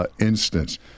instance